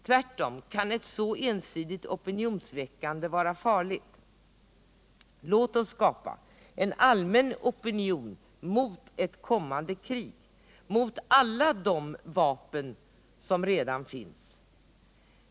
Tvärtom kan ett så ensidigt opinionsväckande vara farligt. Låt oss skapa en allmän opinion mot ett kommande krig, mot alla de vapen som redan finns!